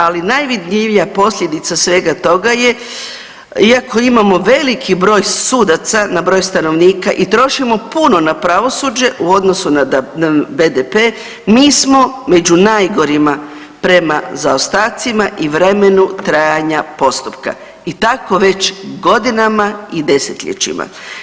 Ali najvidljivija posljedica svega toga je iako imamo veliki broj sudaca na broj stanovnika i trošimo puno na pravosuđe u odnosu na BDP, mi smo među najgorima prema zaostacima i vremenu trajanja postupka i tako već godinama i 10-ljećima.